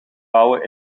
bouwen